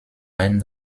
reine